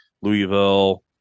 Louisville